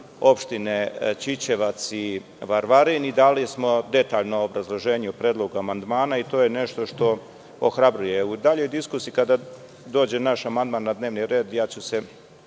opštine Ćićevac i Varvarin i dali smo detaljno obrazloženje u predlogu amandmana i to je nešto što ohrabruje.U daljoj diskusiji, kada dođu naši amandmani na dnevni red, ja ću se